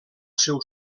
seu